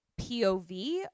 POV